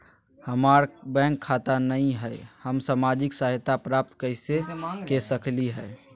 हमार बैंक खाता नई हई, हम सामाजिक सहायता प्राप्त कैसे के सकली हई?